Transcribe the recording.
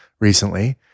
recently